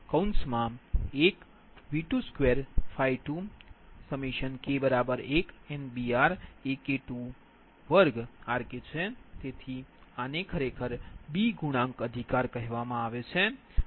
તેથી આને ખરેખર B ગુણાંક અધિકાર કહેવામાં આવે છે